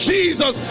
Jesus